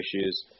issues